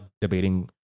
debating